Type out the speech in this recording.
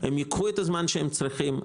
הם ייקחו את הזמן שהם צריכים.